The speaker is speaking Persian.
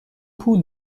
پول